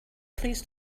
please